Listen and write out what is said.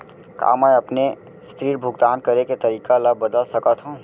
का मैं अपने ऋण भुगतान करे के तारीक ल बदल सकत हो?